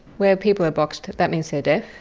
where people are boxed, that means they're deaf.